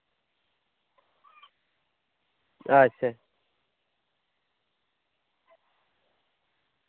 ᱟᱪᱪᱷᱟ